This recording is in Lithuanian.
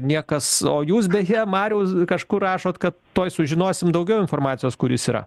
niekas o jūs beje mariaus kažkur rašot kad tuoj sužinosim daugiau informacijos kur jis yra